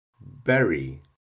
Berry